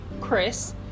Chris